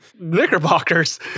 Knickerbockers